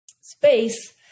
space